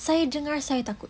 saya dengar saya takut